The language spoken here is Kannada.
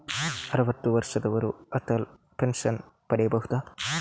ಅರುವತ್ತು ವರ್ಷದವರು ಅಟಲ್ ಪೆನ್ಷನ್ ಪಡೆಯಬಹುದ?